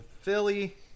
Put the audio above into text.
Philly